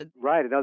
Right